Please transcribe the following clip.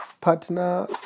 partner